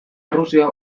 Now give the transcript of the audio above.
errusia